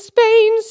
Spain